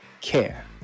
care